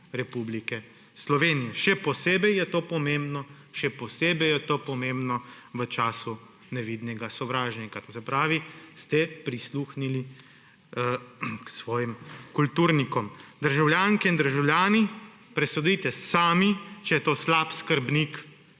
Republike Slovenije. Še posebej je to pomembno v času nevidnega sovražnika. Se pravi, prisluhnili ste svojim kulturnikom. Državljanke in državljani, presodite sami, ali je to slab skrbnik